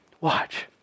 Watch